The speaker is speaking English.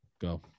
Go